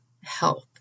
health